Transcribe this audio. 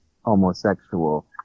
homosexual